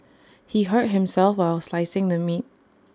he hurt himself while slicing the meat